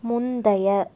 முந்தைய